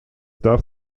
darf